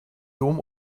dom